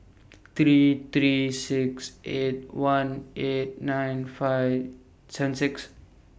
three three six eight one eight nine five seven six